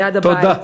ליד הבית.